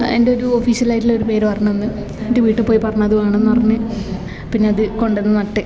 അതിൻ്റെ ഒരു ഒഫിഷ്യൽ ആയിട്ടുള്ള ഒരു പേര് ഓർമ്മ വന്ന് എൻ്റെ വീട്ടിൽ പോയി പറഞ്ഞ് അത് വേണമെന്ന് പറഞ്ഞ് പിന്നത് കൊണ്ട് വന്ന് നട്ട്